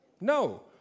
No